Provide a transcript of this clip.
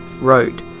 wrote